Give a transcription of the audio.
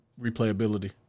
replayability